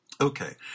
Okay